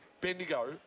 Bendigo